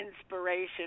inspiration